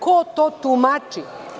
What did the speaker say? Ko to tumači?